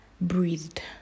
breathed